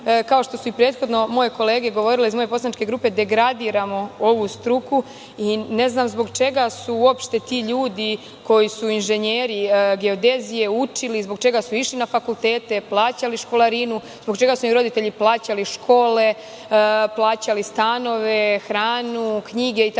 kao što su i prethodno moje kolege govorile iz moje poslaničke grupe, degradiramo ovu struku. Ne znam zbog čega su uopšte ti ljudi, koji su inženjeri geodezije, učili, zbog čega su išli na fakultete, plaćali školarinu, zbog čega su im roditelji plaćali škole, plaćali stanove, hranu, knjige itd,